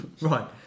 Right